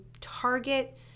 target